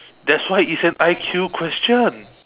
that's why it's an I_Q question